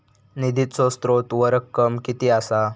निधीचो स्त्रोत व रक्कम कीती असा?